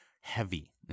heavy